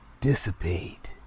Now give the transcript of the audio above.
dissipate